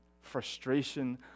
frustration